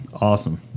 Awesome